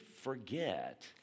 forget